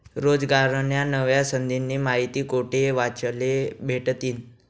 रोजगारन्या नव्या संधीस्नी माहिती कोठे वाचले भेटतीन?